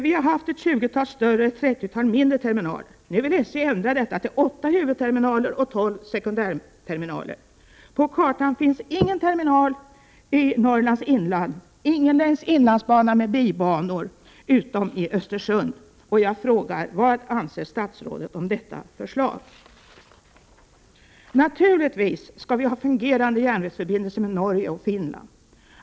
Vi har haft ett tjugotal större och ett trettiotal mindre terminaler. Nu vill SJ ändra detta till åtta huvudterminaler och tolv sekundärterminaler. På kartan finns ingen terminal i Norrlands inland, ingen — Prot. 1988/89:30 längs inlandsbanan med bibanor utom i Östersund. Jag frågar: Vad anser 23 november 1988 statsrådet om detta förslag? RA RR Naturligtvis skall vi ha fungerande järnvägsförbindelser med Norge och Finland.